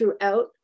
throughout